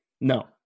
No